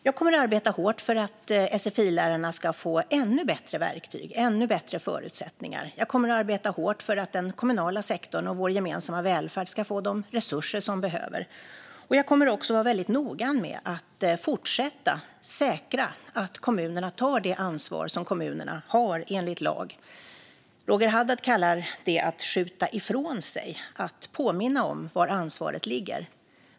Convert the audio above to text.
Jag kommer att arbeta hårt för att sfi-lärarna ska få ännu bättre verktyg och ännu bättre förutsättningar. Jag kommer att arbeta hårt för att den kommunala sektorn och vår gemensamma välfärd ska få de resurser som de behöver. Jag kommer också att vara väldigt noga med att fortsätta att säkra att kommunerna tar det ansvar som de har enligt lag. Roger Haddad kallar det att skjuta ifrån sig att påminna om var ansvaret ligger.